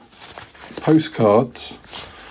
Postcards